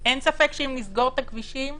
אין ספק שאם נסגור את הכבישים,